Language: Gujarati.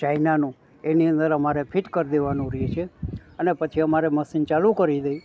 ચાઈનાનું એની અંદર અમારે ફિટ કરી દેવાનું રહે છે અને પછી અમારે મસીન ચાલુ કરી દઈ